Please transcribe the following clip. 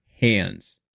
hands